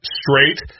straight